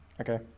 okay